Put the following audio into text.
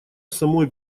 самой